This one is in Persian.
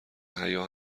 حیا